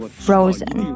frozen